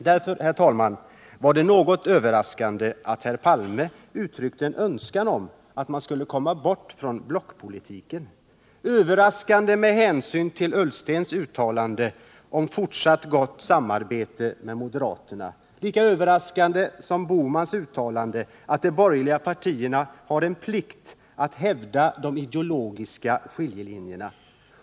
Därför var det något överraskande att herr Palme uttryckte en önskan om att man skall komma bort från ”blockpolitiken” — överraskande med hänsyn till såväl Ola Ullstens uttalanden, som förutsatte fortsatt gott samarbete med moderaterna, som Gösta Bohmans uttalande att det är de borgerliga partiernas plikt att hävda de ideologiska skiljelinjerna.